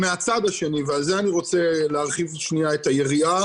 מהצד השני, ועל זה אני רוצה להרחיב את היריעה,